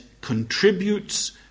contributes